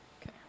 Okay